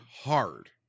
hard